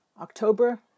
October